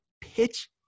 pitch